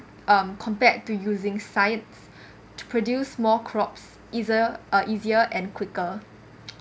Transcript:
um compared to using science to produce more crops either uh easier and quicker